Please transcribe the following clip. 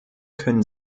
können